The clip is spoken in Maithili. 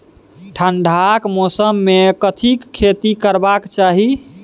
ठंडाक मौसम मे कथिक खेती करबाक चाही?